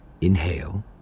inhale